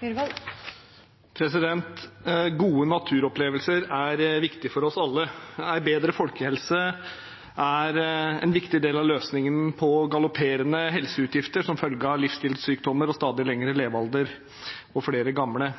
det. Gode naturopplevelser er viktig for oss alle. En bedre folkehelse er en viktig del av løsningen på galopperende helseutgifter som følge av livsstilssykdommer, stadig lengre levealder og flere gamle.